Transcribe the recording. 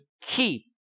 keep